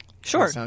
sure